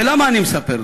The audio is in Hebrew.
ולמה אני מספר זאת?